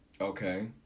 Okay